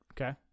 Okay